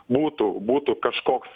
būtų būtų kažkoks